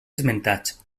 esmentats